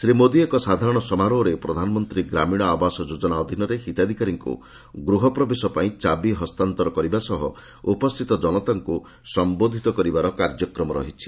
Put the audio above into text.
ଶ୍ରୀ ମୋଦୀ ଏକ ସାଧାରଣ ସମାରୋହରେ ପ୍ରଧାନମନ୍ତ୍ରୀ ଗ୍ରାମୀଣ ଆବାସ ଯୋଜନା ଅଧୀନରେ ହିତାଧିକାରୀଙ୍କୁ ଗୃହ ପ୍ରବେଶ ପାଇଁ ଚାବି ହସ୍ତାନ୍ତର କରିବା ସହ ଉପସ୍ଥିତ ଜନତାଙ୍କୁ ସମ୍ଭୋଧିତ କରିବାର କାର୍ଯ୍ୟକ୍ରମ ରହିଛି